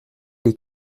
les